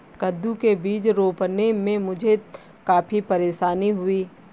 कद्दू के बीज रोपने में मुझे काफी परेशानी हुई